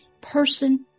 Person